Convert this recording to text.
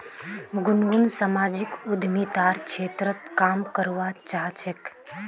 गुनगुन सामाजिक उद्यमितार क्षेत्रत काम करवा चाह छेक